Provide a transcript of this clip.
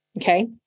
okay